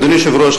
אדוני היושב-ראש,